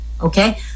okay